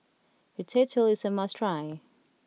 Ratatouille is a must try